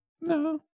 No